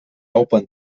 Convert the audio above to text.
open